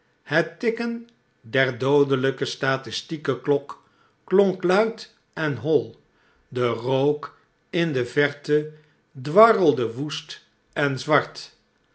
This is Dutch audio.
het tikken der doodelijkstatistieke klok klonk luid en hoi de rook in de verte dwarrelde woest en zwart